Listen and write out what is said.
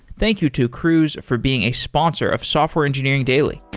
thank you to cruise for being a sponsor of software engineering daily